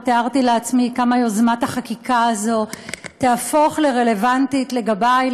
לא תיארתי לעצמי כמה יוזמת החקיקה הזאת תהפוך לרלוונטית לגבי,